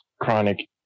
chronic